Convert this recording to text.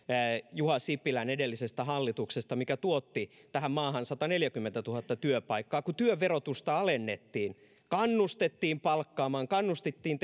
juha sipilän edellisestä hallituksesta mikä tuotti tähän maahan sataneljäkymmentätuhatta työpaikkaa kun työn verotusta alennettiin kannustettiin palkkaamaan kannustettiin